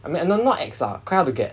I mean not not not ex lah quite hard to get